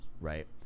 right